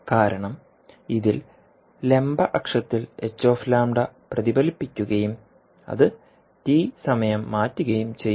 കാരണം ഇതിൽ ലംബ അക്ഷത്തിൽ hλ പ്രതിഫലിപ്പിക്കുകയും അത് t സമയം മാറ്റുകയും ചെയ്യുന്നു